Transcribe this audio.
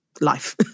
life